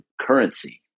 currency